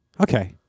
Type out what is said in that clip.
okay